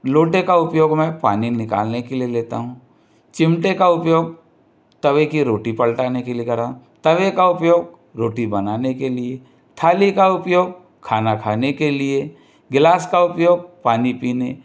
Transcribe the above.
लोटे का उपयोग मैं पानी निकालने के लिए लेता हूँ चिमटे का उपयोग तवे की रोटी पलटने के लिए करता हूँ तवे का उपयोग रोटी बनाने के लिए थाली का उपयोग खाना खाने के लिए ग्लास का उपयोग पानी पीने